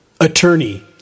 attorney